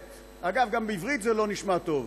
אגב, גם בעברית זה לא נשמע טוב: